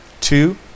Two